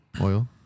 oil